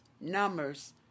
Numbers